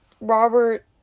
Robert